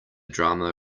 drama